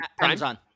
Amazon